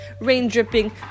rain-dripping